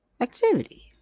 Activity